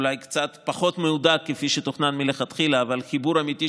אולי קצת פחות מהודק מכפי שתוכנן מלכתחילה אבל חיבור אמיתי,